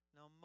Now